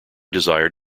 desired